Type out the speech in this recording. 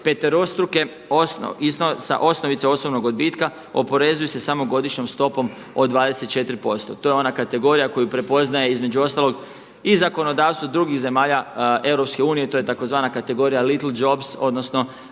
peterostruke osnove, sa osnovice osobnog odbitka oporezuju se samo godišnjom stopom od 24%. To je ona kategorija koju prepoznaje između ostalog i zakonodavstvo drugih zemalja EU, to je tzv. kategorija little jobs odnosno